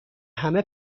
همه